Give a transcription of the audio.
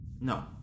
No